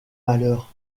malheur